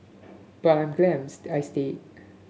but I am glad I stayed